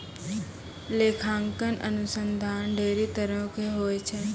लेखांकन अनुसन्धान ढेरी तरहो के होय छै